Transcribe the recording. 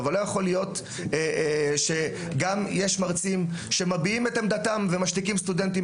לא יכול להיות שגם יש מרצים שמביעים את עמדתם ומשתיקים סטודנטים